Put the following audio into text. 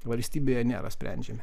valstybėje nėra sprendžiami